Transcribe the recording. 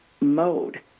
mode